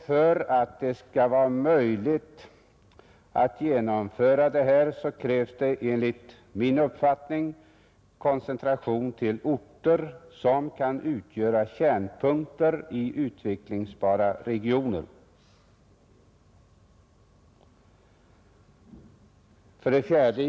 För att det skall vara möjligt att genomföra detta krävs enligt vår uppfattning en koncentration till orter som kan utgöra kärnpunkter i utvecklingsbara regioner. 4.